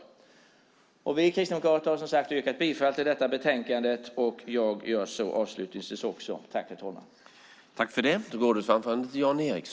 Jag har, som sagt, för Kristdemokraternas del yrkat bifall till förslaget i detta betänkande och gör så också avslutningsvis.